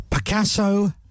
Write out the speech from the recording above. Picasso